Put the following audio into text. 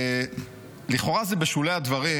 לכאורה זה בשולי הדברים,